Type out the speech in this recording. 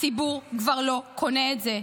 הציבור כבר לא קונה את זה.